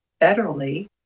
federally